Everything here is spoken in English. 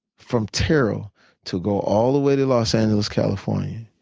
from terrell to go all the way to los angeles, california,